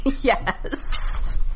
Yes